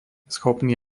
schopný